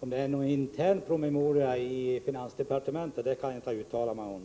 det är någon intern promemoria i finansdepartementet kan jag inte uttala mig om.